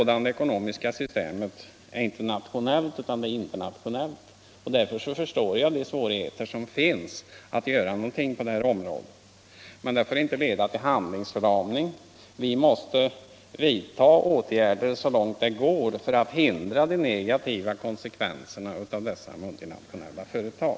Detta system är inte nationellt utan internationellt, och därför förstår jag svårigheterna att göra någonting på det här området. Men det får inte leda till handlingsförlamning. Vi måste vidta åtgärder så långt det går för att hindra de negativa konsekvenserna av dessa multinationella företag.